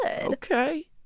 Okay